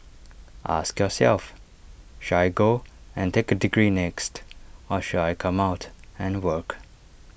ask yourself should I go and take A degree next or should I come out and work